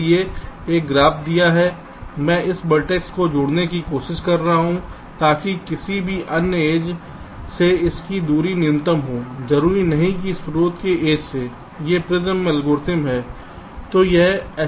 इसलिए एक ग्राफ दिया मैं एक वर्टेक्स जोड़ने की कोशिश कर रहा हूं ताकि किसी भी अन्य एज से इसकी दूरी न्यूनतम हो जरूरी नहीं कि स्रोत के एज से यह प्रिमस एल्गोरिथ्म Prim's algorithm है